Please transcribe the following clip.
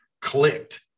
clicked